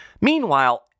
Meanwhile